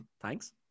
thanks